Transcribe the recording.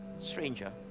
Stranger